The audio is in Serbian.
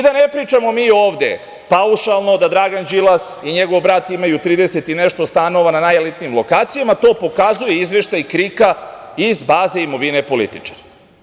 Da ne pričamo mi ovde paušalno da Dragan Đilas i njegov brat imaju trideset i nešto stanova na najelitnijim lokacijama, to pokazuje izveštaj KRIK-a iz baze imovine političara.